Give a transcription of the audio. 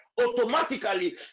automatically